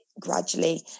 gradually